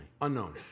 Unknown